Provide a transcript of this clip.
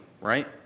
right